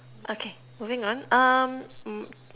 okay moving on um